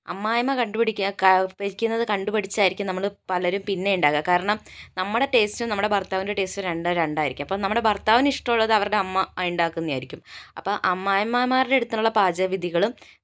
അമ്മായിഅമ്മ കണ്ട് പിടിക്കുക കറി വയ്ക്കുന്നത് കണ്ട് പഠിച്ചായിരിക്കും നമ്മള് പലരും പിന്നെയുണ്ടാക്കുക കാരണം നമ്മുടെ ടേസ്റ്റും നമ്മുടെ ഭർത്താവിൻ്റെ ടേസ്റ്റും രണ്ടും രണ്ടായിരിക്കും അപ്പോൾ നമ്മുടെ ഭർത്താവിന് ഇഷ്ടമുള്ളത് അവരുടെ അമ്മ ഉണ്ടാക്കുന്നതായിരിക്കും അപ്പോൾ അമ്മായിയമ്മമാരുടെ അടുത്തുള്ള പാചക വിധികളും